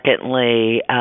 secondly